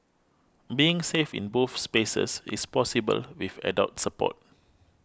being safe in both spaces is possible with adult support